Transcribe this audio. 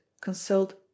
consult